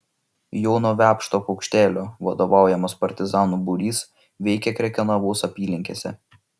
jono vepšto paukštelio vadovaujamas partizanų būrys veikė krekenavos apylinkėse